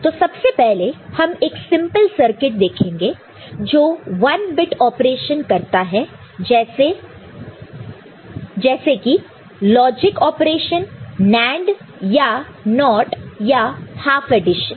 तो सबसे पहले हम एक सिंपल सर्किट देखेंगे जो 1 बिट ऑपरेशन करता है जैसे किलॉजिक ऑपरेशन NAND या NOT या हाफ एडिशन